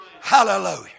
Hallelujah